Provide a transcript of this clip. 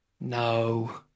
no